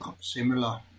similar